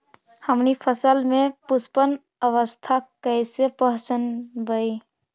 हमनी फसल में पुष्पन अवस्था कईसे पहचनबई?